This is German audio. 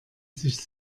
sich